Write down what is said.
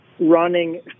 running